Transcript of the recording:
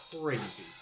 crazy